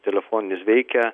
telefoninis veikia